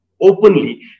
openly